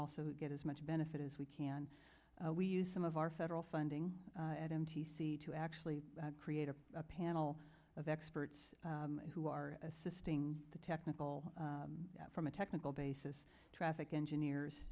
lso get as much benefit as we can we use some of our federal funding at m t c to actually create a panel of experts who are assisting the technical from a technical basis traffic engineers